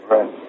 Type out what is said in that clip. Right